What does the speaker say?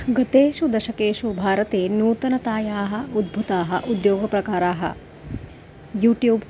गतेषु दशकेषु भारते नूतनतायाः उद्भूताः उद्योगप्रकाराः यूट्यूब्